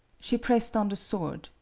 she pressed on the sword,